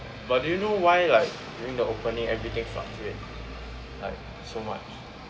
but do you know why like during the opening everything fluctuates like so much